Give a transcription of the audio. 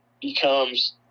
becomes